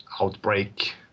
outbreak